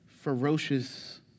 ferocious